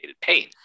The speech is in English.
pain